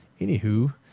Anywho